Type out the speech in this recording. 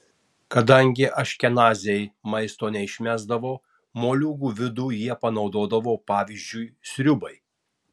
kadangi aškenaziai maisto neišmesdavo moliūgų vidų jie panaudodavo pavyzdžiui sriubai